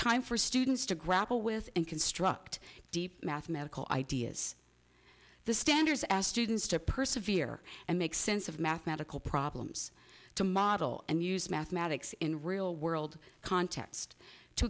students to grapple with and construct deep mathematical ideas the standards as students to persevered and make sense of mathematical problems to model and use mathematics in real world context to